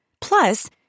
Plus